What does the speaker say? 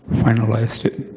finalized it,